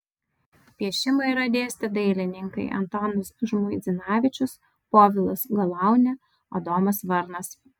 piešimą yra dėstę dailininkai antanas žmuidzinavičius povilas galaunė adomas varnas